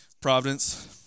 Providence